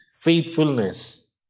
faithfulness